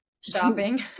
shopping